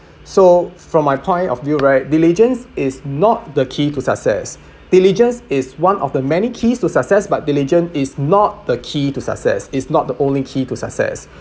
so from my point of view right diligence is not the key to success diligence is one of the many keys to success but diligence is not the key to success is not the only key to success